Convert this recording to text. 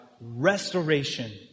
restoration